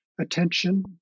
attention